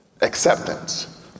Acceptance